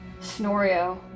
Snorio